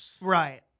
Right